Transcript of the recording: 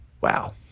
Wow